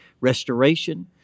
restoration